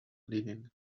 leaving